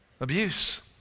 Abuse